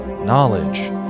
knowledge